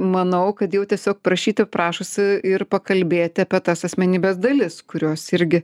manau kad jau tiesiog prašyte prašosi ir pakalbėti apie tas asmenybės dalis kurios irgi